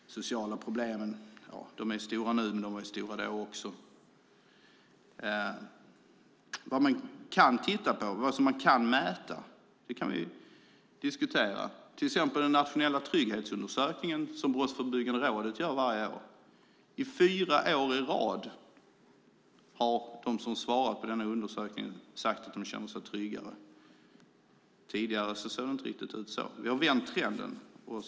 De sociala problemen är stora nu, men de var stora då också. Vad man kan mäta kan vi diskutera. Till exempel gör Brottsförebyggande rådet en nationell trygghetsundersökning varje år. I fyra år i rad har de som svarat på denna undersökning sagt att de känner sig tryggare. Tidigare såg det inte riktigt ut så. Vi har vänt trenden.